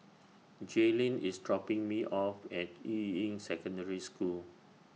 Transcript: Jailyn IS dropping Me off At Yuying Secondary School